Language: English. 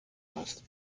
asked